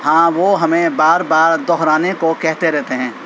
ہاں وہ ہمیں بار بار دہرانے کو کہتے رہتے ہیں